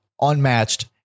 unmatched